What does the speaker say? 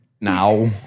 now